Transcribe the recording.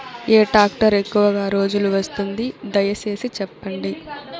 ఏ tractor ఎక్కువగా రోజులు వస్తుంది, దయసేసి చెప్పండి?